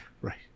right